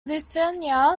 lithuania